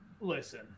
listen